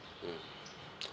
mm